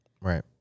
Right